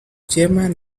chairman